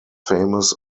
famous